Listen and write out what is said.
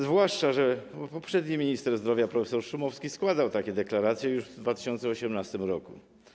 Zwłaszcza że poprzedni minister zdrowia prof. Szumowski składał takie deklaracje już w 2018 r.